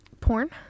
Porn